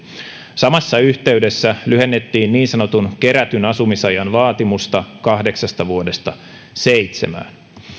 samassa yhteydessä lyhennettiin niin sanotun kerätyn asumisajan vaatimusta kahdeksasta vuodesta seitsemään